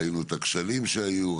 ראינו את הכשלים שהיו,